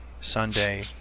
Sunday